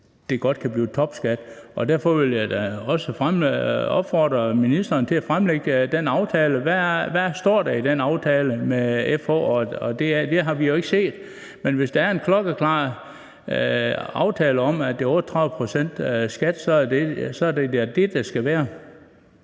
der godt kan blive tale om topskat. Derfor vil jeg da også opfordre ministeren til at fremlægge den aftale. Hvad står der i den aftale med FH? Det har vi jo ikke set. Men hvis der er en klokkeklar aftale om, at det er 38 pct. i skat, så er det da det, det skal være.